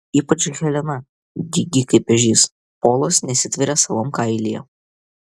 ypač helena dygi kaip ežys polas nesitveria savam kailyje